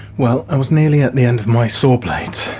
well, i was nearly at the end of my saw blades